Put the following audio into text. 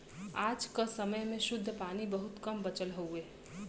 आज क समय में शुद्ध पानी बहुत कम बचल हउवे